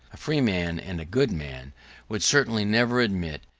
a free man and a good man would certainly never admit,